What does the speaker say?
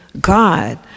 God